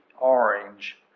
orange